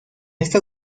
esta